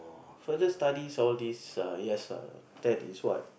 further studies all these err yes ah that is what